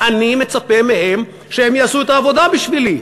אני מצפה מהם שהם יעשו את העבודה בשבילי.